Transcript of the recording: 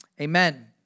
amen